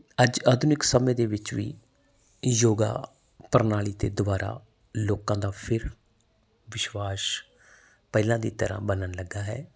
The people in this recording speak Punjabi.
ਅੱਜ ਆਧੁਨਿਕ ਸਮੇਂ ਦੇ ਵਿੱਚ ਵੀ ਯੋਗਾ ਪ੍ਰਣਾਲੀ 'ਤੇ ਦੁਬਾਰਾ ਲੋਕਾਂ ਦਾ ਫਿਰ ਵਿਸ਼ਵਾਸ ਪਹਿਲਾਂ ਦੀ ਤਰ੍ਹਾਂ ਬਣਨ ਲੱਗਾ ਹੈ